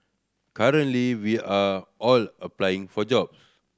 currently we are all applying for jobs